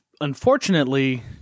unfortunately